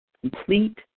complete